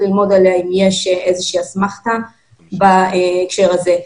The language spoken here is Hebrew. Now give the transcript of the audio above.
ללמוד עליה אם יש איזושהי אסמכתה בהקשר הזה.